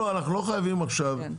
אנחנו לא חייבים עכשיו,